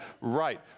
right